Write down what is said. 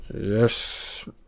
Yes